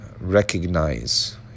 Recognize